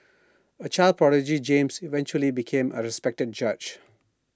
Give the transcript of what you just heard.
A child prodigy James eventually became A respected judge